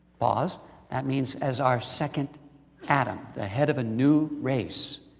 pause that means as our second adam, the head of a new race.